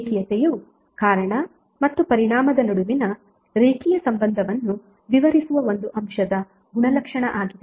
ರೇಖೀಯತೆಯು ಕಾರಣ ಮತ್ತು ಪರಿಣಾಮದ ನಡುವಿನ ರೇಖೀಯ ಸಂಬಂಧವನ್ನು ವಿವರಿಸುವ ಒಂದು ಅಂಶದ ಗುಣಲಕ್ಷಣ ಆಗಿದೆ